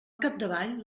capdavall